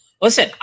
listen